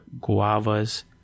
guavas